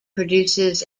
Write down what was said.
produces